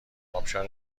آبشار